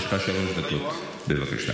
יש לך שלוש דקות, בבקשה.